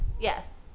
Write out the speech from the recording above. Yes